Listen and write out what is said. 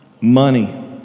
Money